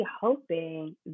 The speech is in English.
hoping